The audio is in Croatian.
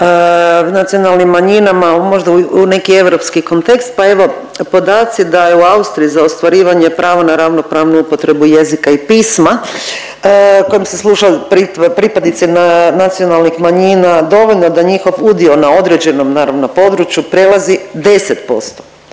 o nacionalnim manjinama možda u neki europski kontekst pa evo podaci da je u Austriji za ostvarivanje prava na ravnopravnu upotrebu jezika i pisma kojim se služe pripadnici nacionalnih manjina dovoljno da njihov udio na određenom naravno području prelazi 10%.